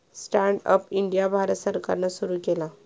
stand up India Bharat सरकारान सुरू केला